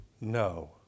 No